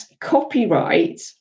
copyright